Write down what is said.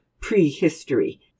prehistory